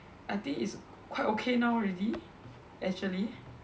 I think is quite okay now already actually